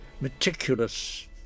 Meticulous